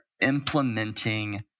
implementing